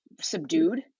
subdued